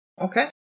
Okay